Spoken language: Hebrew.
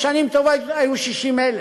בשנים טובות היו 60,000,